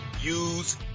use